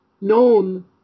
known